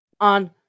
on